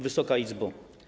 Wysoka Izbo!